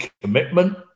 commitment